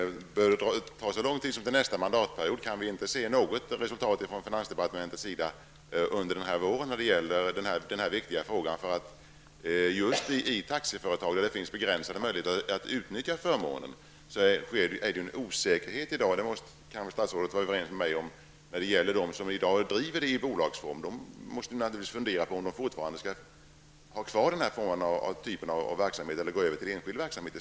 Herr talman! Behöver det ta så lång tid som till nästa mandatperiod? Kan vi inte få se något resultat från finansdepartementet i den här viktiga frågan redan under våren? Statsrådet kan väl vara överens med mig om att det just i taxiföretag med begränsade möjligheter att utnyttja förmånen i dag råder en osäkerhet. De som i dag bedriver verksamhet på detta område i bolagsform måste naturligtvis fundera på om de fortfarande skall ha kvar den formen av verksamhet eller om de i stället skall gå över till enskild verksamhet.